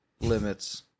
limits